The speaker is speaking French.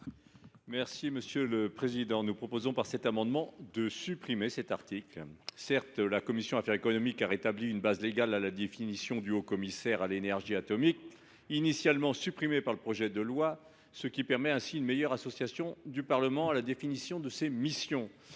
M. Daniel Salmon. Nous proposons par cet amendement de supprimer l’article 12. Certes, la commission des affaires économiques a rétabli une base légale à l’existence du haut commissaire à l’énergie atomique, initialement supprimée par le projet de loi, ce qui permet ainsi une meilleure association du Parlement à la définition de ses missions.